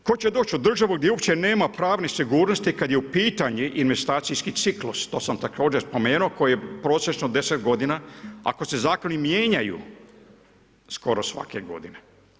Tko će doći u državu gdje uopće nema pravne sigurnosti kada je u pitanju investicijski ciklus, to sam također spomenuo koji je prosječno 10 godina, ako se zakoni mijenjaju skoro svake godine?